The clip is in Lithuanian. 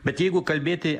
bet jeigu kalbėti